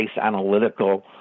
analytical